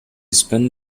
spent